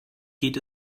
geht